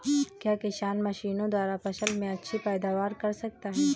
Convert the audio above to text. क्या किसान मशीनों द्वारा फसल में अच्छी पैदावार कर सकता है?